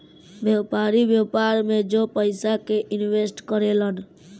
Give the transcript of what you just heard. व्यापारी, व्यापार में जो पयिसा के इनवेस्ट करे लन